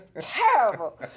Terrible